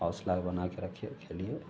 हौसला बनाकर रखिए खेलिए